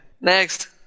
Next